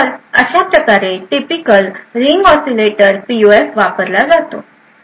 तर अशा प्रकारे टिपिकल रिंग ऑसीलेटर पीयूएफ वापरला जातो